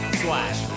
slash